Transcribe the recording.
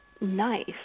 nice